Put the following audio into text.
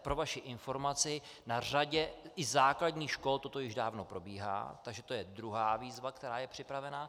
Pro vaši informaci, na řadě i základních škol toto již dávno probíhá, takže to je druhá výzva, která je připravena.